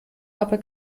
aber